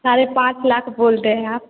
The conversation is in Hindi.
साढ़े पाँच लाख बोल रहे आप